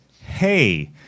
Hey